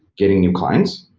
getting new clients.